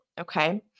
Okay